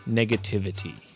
negativity